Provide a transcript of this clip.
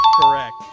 Correct